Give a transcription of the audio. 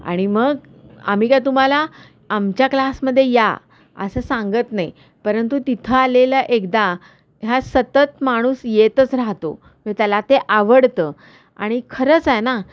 आणि मग आम्ही काय तुम्हाला आमच्या क्लासमध्ये या असं सांगत नाही परंतु तिथं आलेला एकदा ह्या सतत माणूस येतच राहतो त्याला ते आवडतं आणि खरंच आहे ना